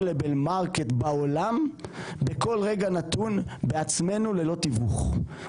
marketבעולם בכל רגע נתון בעצמנו ללא תיווך.